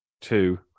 Two